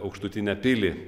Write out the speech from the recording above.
aukštutinę pilį